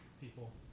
people